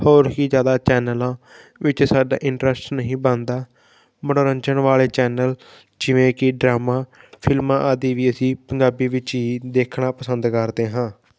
ਹੋਰ ਹੀ ਜ਼ਿਆਦਾ ਚੈਨਲਾਂ ਵਿੱਚ ਸਾਡਾ ਇਟਰੈਸਟ ਨਹੀਂ ਬਣਦਾ ਮਨੋਰੰਜਨ ਵਾਲੇ ਚੈਨਲ ਜਿਵੇਂ ਕਿ ਡਰਾਮਾ ਫਿਲਮਾਂ ਆਦਿ ਵੀ ਅਸੀਂ ਪੰਜਾਬੀ ਵਿੱਚ ਹੀ ਦੇਖਣਾ ਪਸੰਦ ਕਰਦੇ ਹਾਂ